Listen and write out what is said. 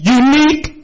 unique